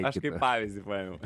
aš kaip pavyzdį paėmiau